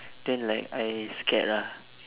then like I scared ah